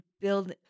Build